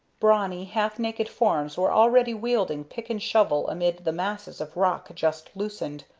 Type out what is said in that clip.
brawny, half-naked forms were already wielding pick and shovel amid the masses of rock just loosened,